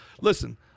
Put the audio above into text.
listen